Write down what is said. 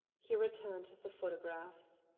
he returned the photographs.